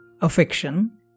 affection